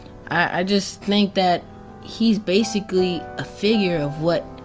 i just think that he's basically a figure of what